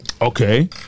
Okay